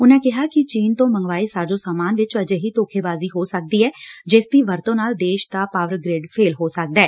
ਉਨੂਾ ਕਿਹਾ ਕਿ ਚੀਨ ਤੋ ਮੰਗਵਾਏ ਸਾਜੋ ਸਾਮਾਨ ਵਿਚ ਅਜਿਹੀ ਧੋਖੇਬਾਜੀ ਹੋ ਸਕਦੀ ਐ ਜਿਸਦੀ ਵਰਤੋਂ ਨਾਲ ਦੇਸ਼ ਦਾ ਪਾਵਰ ਗੁਡ ਫੇਲ ਹੋ ਸਕਦੈ